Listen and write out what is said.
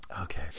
Okay